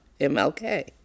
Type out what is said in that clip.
MLK